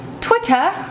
Twitter